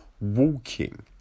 walking